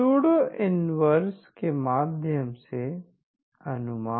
sudo inverse के माध्यम से अनुमान